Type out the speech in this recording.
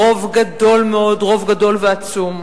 ברוב גדול מאוד, רוב גדול ועצום.